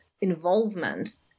involvement